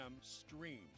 Streams